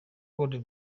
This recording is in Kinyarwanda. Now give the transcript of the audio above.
côte